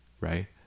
right